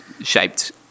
shaped